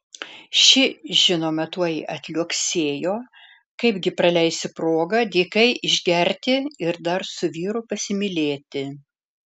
ši žinoma tuoj atliuoksėjo kaip gi praleisi progą dykai išgerti ir dar su vyru pasimylėti